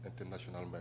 international